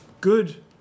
good